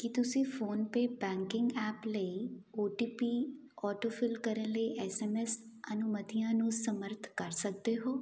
ਕੀ ਤੁਸੀਂ PhonePe banking app ਲਈ O T P autofill ਕਰਨ ਲਈ ਐੱਸ ਐੱਮ ਐੱਸ ਅਨੁਮਤੀਆਂ ਨੂੰ ਸਮਰੱਥ ਕਰ ਸਕਦੇ ਹੋ